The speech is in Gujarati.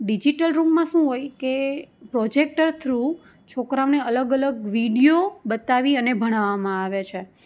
ડિઝિટલ રૂમમાં શું હોય કે પ્રોજેક્ટર થ્રુ છોકરાઓને અલગ અલગ વિડીયો બતાવી અને ભણાવામાં આવે છે